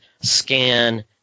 scan